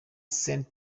saint